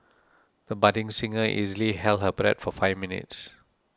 the budding singer easily held her breath for five minutes